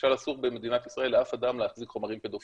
למשל אסור במדינת ישראל לאף אדם להציג חומרים פדופיליים.